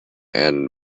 and